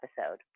episode